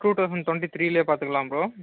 two thousand twenty three லியே பார்த்துக்கலாம் bro